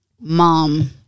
mom-